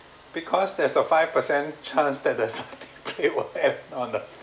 because there's a five percent chance that the satay were have on the